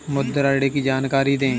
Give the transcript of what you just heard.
मुद्रा ऋण की जानकारी दें?